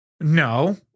No